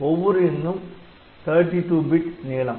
ஒவ்வொரு எண்ணும் 32 பிட் நீளம்